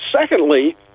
secondly